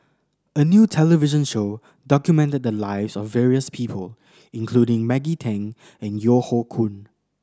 a new television show documented the lives of various people including Maggie Teng and Yeo Hoe Koon